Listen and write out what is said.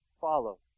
follow